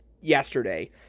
yesterday